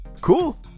cool